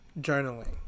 Journaling